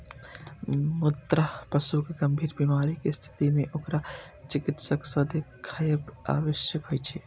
मुदा पशुक गंभीर बीमारीक स्थिति मे ओकरा चिकित्सक सं देखाएब आवश्यक होइ छै